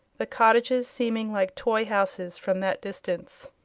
the cottages seeming like toy houses from that distance.